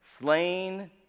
Slain